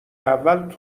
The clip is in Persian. اول